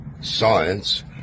science